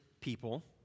people